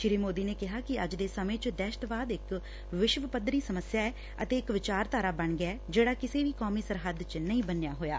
ਸ੍ਰੀ ਮੋਦੀ ਨੇ ਕਿਹਾ ਕਿ ਅੱਜ ਦੇ ਸਮੇਂ ਚ ਦਹਿਸਤਵਾਦ ਇਕ ਵਿਸ਼ਵ ਪੱਧਰੀ ਸਮੱਸਿਆ ਐ ਅਤੇ ਇਕ ਵਿਚਾਰਧਾਰਾ ਬਣ ਗਿਐ ਜਿਹੜਾ ਕਿਸੇ ਵੀ ਕੌਮੀ ਸਰਹੱਦ ਚ ਨਹੀ ਬਣਿਆ ਹੋਇਆ